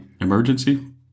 emergency